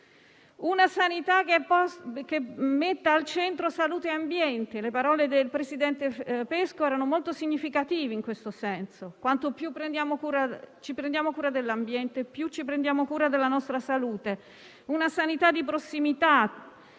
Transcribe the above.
una sanità che metta al centro salute e ambiente: le parole del presidente Pesco sono state molto significative in questo senso. Quanto più ci prendiamo cura dell'ambiente, più ci prendiamo cura della nostra salute. È necessaria una sanità di prossimità